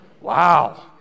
wow